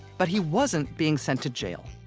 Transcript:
but he wasn't being sent to jail,